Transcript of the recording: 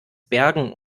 bergen